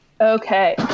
Okay